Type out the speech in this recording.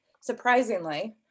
surprisingly